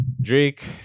Drake